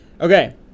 Okay